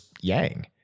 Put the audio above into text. yang